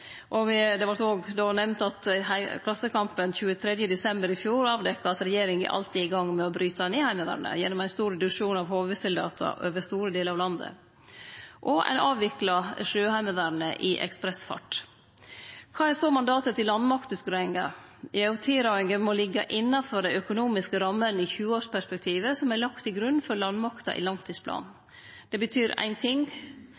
og det vart då nemnt at Klassekampen den 23. desember i fjor avdekte at regjeringa alt er i gang med å bryte ned Heimevernet gjennom ein stor reduksjon av HV-soldatar over store delar av landet, og ein avviklar Sjøheimevernet i ekspressfart. Kva er så mandatet til landmaktutgreiinga? Jo, tilrådinga må liggje innanfor dei økonomiske rammene i 20-årsperspektivet som er lagde til grunn for landmakta i